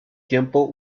tiempo